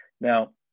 Now